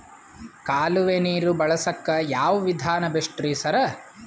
ಕಾಲುವೆ ನೀರು ಬಳಸಕ್ಕ್ ಯಾವ್ ವಿಧಾನ ಬೆಸ್ಟ್ ರಿ ಸರ್?